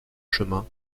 chemin